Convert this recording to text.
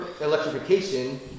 electrification